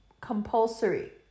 compulsory